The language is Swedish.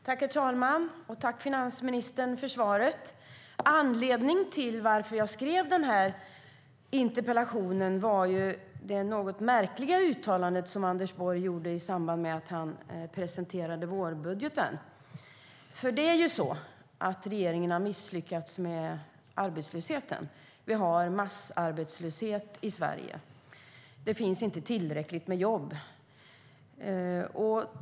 Herr talman! Jag tackar finansministern för svaret. Anledningen till att jag skrev interpellationen var det något märkliga uttalande som Anders Borg gjorde i samband med att han presenterade vårbudgeten. Regeringen har misslyckats med arbetslösheten. Vi har en massarbetslöshet i Sverige. Det finns inte tillräckligt med jobb.